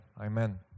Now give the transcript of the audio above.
amen